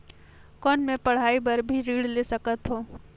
कौन मै पढ़ाई बर भी ऋण ले सकत हो?